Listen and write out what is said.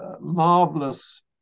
marvelous